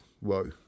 whoa